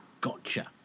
gotcha